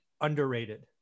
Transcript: underrated